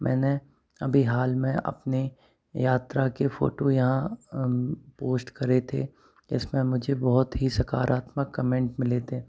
मैंने अभी हाल में अपने यात्रा के फोटो यहाँ पोस्ट करे थे जिसमें मुझे बहुत ही सकारात्मक कमेंट मिले थे